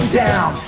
down